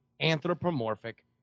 anthropomorphic